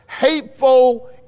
hateful